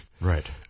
right